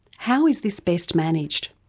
how is this best managed?